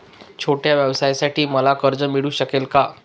छोट्या व्यवसायासाठी मला कर्ज मिळू शकेल का?